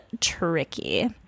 tricky